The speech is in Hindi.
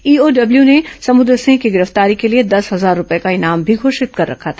ईओडब्ल्यू ने समुद्र सिंह की गिरफ्तारी के लिए दस हजार रूपये का इनाम भी घोषित कर रखा था